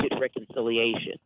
reconciliation